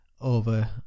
over